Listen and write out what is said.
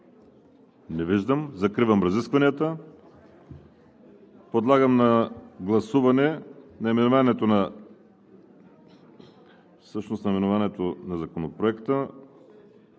Не виждам. Закривам разискванията. Подлагам на гласуване: наименованието на Законопроекта